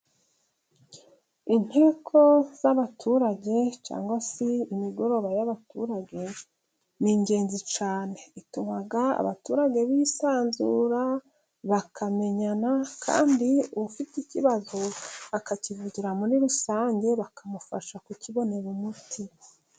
Inteko z'abaturage, cyangwa se imigoroba y'abaturage ni ingenzi cyane, ituma abaturage b'isanzura bakamenyana, kandi ufite ikibazo akakivugira muri rusange, bakamufasha kukibonera umuti.